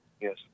Yes